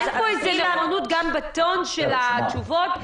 גם מהטון של התשובות,